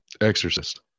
exorcist